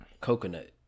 coconut